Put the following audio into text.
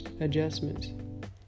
adjustments